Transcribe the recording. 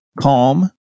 calm